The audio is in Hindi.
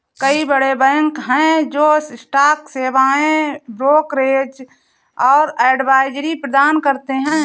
कई बड़े बैंक हैं जो स्टॉक सेवाएं, ब्रोकरेज और एडवाइजरी प्रदान करते हैं